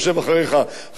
חבר הכנסת אייכלר,